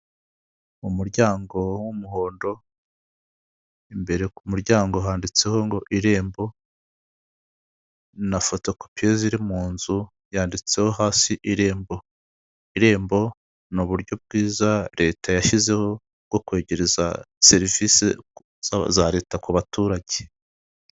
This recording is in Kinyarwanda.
Mu muryango w'umuhondo, imbere ku muryango handitseho ngo Irembo, na fotokopiyeze iri mu nzu yanditseho hasi Irembo. Irembo ni uburyo bwiza leta yashyizeho bwo kwegereza serivisi za leta ku baturage.